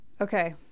Okay